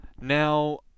Now